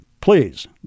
Please